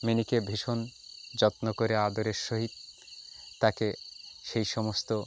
মিনিকে ভীষণ যত্ন করে আদরের সহিত তাকে সেই সমস্ত